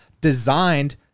designed